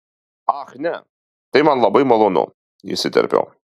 ach ne tai man labai malonu įsiterpiau